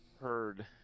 Heard